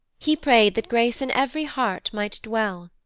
he pray'd that grace in ev'ry heart might dwell,